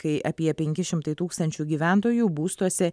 kai apie penki šimtai tūkstančių gyventojų būstuose